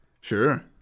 sure